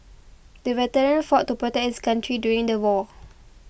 the veteran fought to protect his country during the war